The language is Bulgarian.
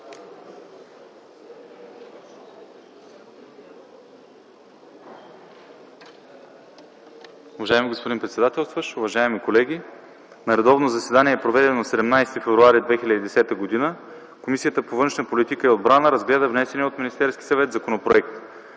Уважаеми господин председателстващ, уважаеми колеги! „На редовно заседание, проведено на 17 февруари 2010 г., Комисията по външна политика и отбрана разгледа внесения от Министерския съвет законопроект.